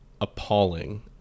Appalling